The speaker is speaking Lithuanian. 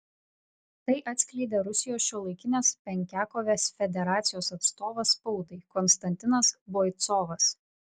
tai atskleidė rusijos šiuolaikinės penkiakovės federacijos atstovas spaudai konstantinas boicovas